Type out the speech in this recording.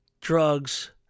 drugs